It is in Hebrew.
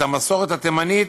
את המסורת התימנית.